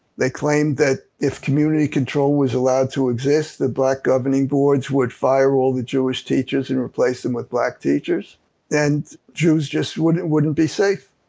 they claimed that if community control was allowed to exist, the black governing boards would fire all the jewish teachers and replace them with black teachers and jews just wouldn't wouldn't be safe